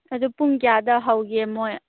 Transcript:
ꯑꯗꯨ ꯄꯨꯡ ꯀꯌꯥꯗ ꯍꯧꯒꯦ ꯃꯣꯏ